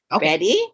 Ready